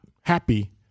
happy